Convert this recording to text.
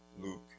Luke